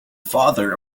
father